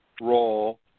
role